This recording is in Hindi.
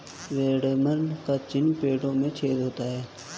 वुडवर्म का चिन्ह पेड़ों में छेद होता है